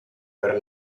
per